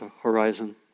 horizon